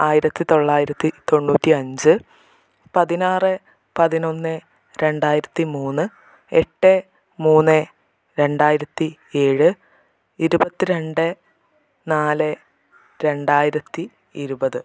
ആയിരത്തി തൊള്ളായിരത്തി തൊണ്ണൂറ്റി അഞ്ച് പതിനാറ് പതിനൊന്ന് രണ്ടായിരത്തി മൂന്ന് എട്ട് മൂന്ന് രണ്ടായിരത്തി ഏഴ് ഇരുപത്തി രണ്ട് നാല് രണ്ടായിരത്തി ഇരുപത്